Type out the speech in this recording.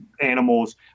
animals